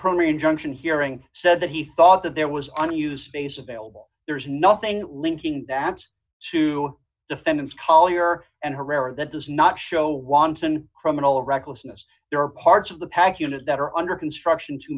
primary injunction hearing said that he thought that there was on used base available there's nothing linking that to defendants collier and herrera that does not show wanton criminal recklessness there are parts of the pack units that are under construction to